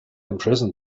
imprison